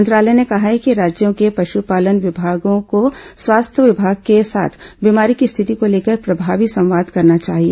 मंत्रालय ने कहा है कि राज्यों के पशुपालन विभागों को स्वास्थ्य विभाग के साथ बीमारी की स्थिति को लेकर प्रभावी संवाद करना चाहिए